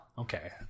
Okay